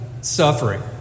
suffering